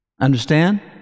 Understand